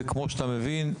וכמו שאתה מבין,